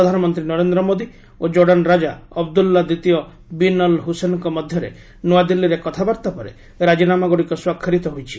ପ୍ରଧାନମନ୍ତ୍ରୀ ନରେନ୍ଦ୍ର ମୋଦି ଓ ଜୋର୍ଡ଼ାନ୍ ରାଜା ଅବଦୁଲ୍ଲା ଦ୍ୱିତୀୟ ବିନ୍ ଅଲ୍ ହୁସେନ୍ଙ୍କ ମଧ୍ୟରେ ନୂଆଦିଲ୍ଲୀରେ କଥାବାର୍ତ୍ତା ପରେ ରାଜିନାମାଗୁଡ଼ିକ ସ୍ୱାକ୍ଷରିତ ହୋଇଛି